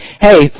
hey